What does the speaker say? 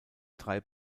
drei